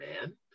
man